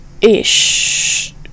ish